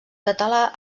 català